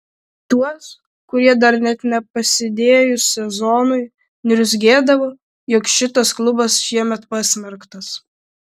tuos kurie dar net nepasidėjus sezonui niurzgėdavo jog šitas klubas šiemet pasmerktas